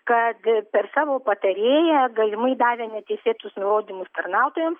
kad per savo patarėją galimai davė neteisėtus nurodymus tarnautojams